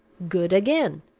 good again.